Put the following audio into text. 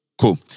Cool